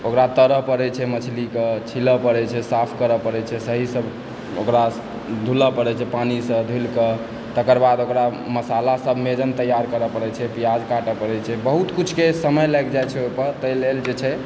ओकरा तरऽ पड़य छै मछलीकेँ छीलऽ पड़य छै साफ करऽ पड़य छै सहीसँ ओकरा धुलऽ पड़य छै पानिसँ धुलिकऽ तकर बाद ओकरा मशालासभ मेजन तैआर करऽ पड़य छै प्याज काटय पड़य छै बहुत किछुके समय लागि जाइ छै ताहि लेल जे छै